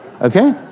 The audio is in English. okay